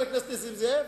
חבר הכנסת נסים זאב?